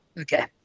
Okay